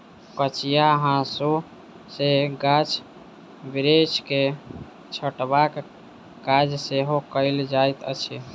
कचिया हाँसू सॅ गाछ बिरिछ के छँटबाक काज सेहो कयल जाइत अछि